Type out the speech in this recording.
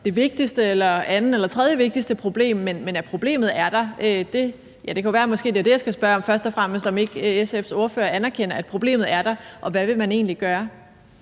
det vigtigste, næstmest vigtige eller tredjevigtigste problem, men at problemet er der, ja, det kan være, at det måske er det, jeg først og fremmest skal spørge om, altså om ikke SF's ordfører anerkender, at problemet er der. Og hvad vil man egentlig gøre?